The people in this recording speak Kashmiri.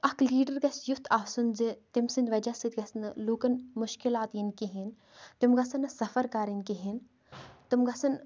اَکھ لیٖڈَر گَژھِ یُتھ آسُن زٕ تٔمۍ سٕنٛدۍ وَجہہ سۭتۍ گَژھِ نہٕ لُکَن مُشکِلات یِن کِہینۍ تِم گَژھن نہِ سَفَر کرٕنۍ کِہینۍ تم گَژھَن